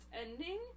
ending